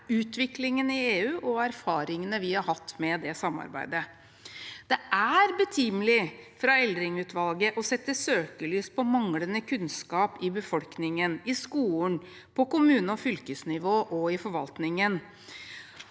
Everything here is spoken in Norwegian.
utviklingen i EU og erfaringene vi har hatt med det samarbeidet. Det er betimelig fra Eldring-utvalget å sette søkelys på manglende kunnskap i befolkningen, i skolen, på kommuneog fylkesnivå og i forvaltningen.